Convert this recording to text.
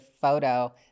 photo